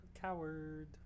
Coward